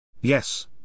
Yes